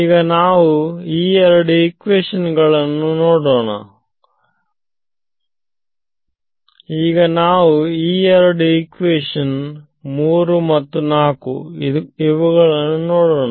ಈಗ ನಾವು ಈ ಎರಡು ಇಕ್ವಿಷನ್ ನೋಡೋಣ 3 ಮತ್ತು 4